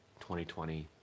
2020